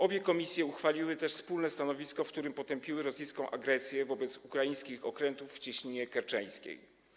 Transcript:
Obie komisje uchwaliły też wspólne stanowisko, w którym potępiły rosyjską agresję wobec ukraińskich okrętów w Cieśninie Kerczeńskiej.